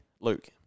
Luke